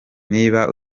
niba